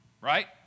right